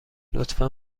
لطفا